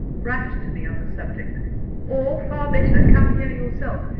write to me on the subject or, far better, come here yourself,